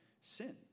sin